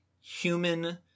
human